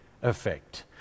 Effect